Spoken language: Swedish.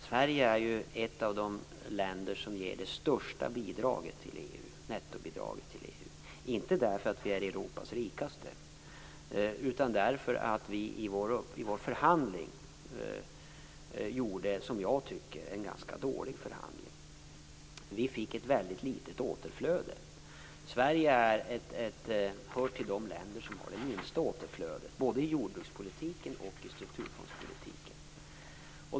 Sverige är ju ett av de länder som ger det största nettobidraget till EU - inte därför att vi är Europas rikaste utan därför att vi i gjorde en i mitt tycke ganska dålig förhandling. Vi fick ett väldigt litet återflöde. Sverige hör till de länder som har det minsta återflödet, både i jordbrukspolitiken och i strukturfondspolitiken.